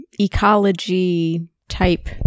ecology-type